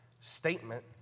statement